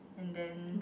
and then